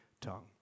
tongue